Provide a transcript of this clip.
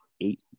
eight